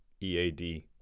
EAD